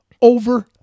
Over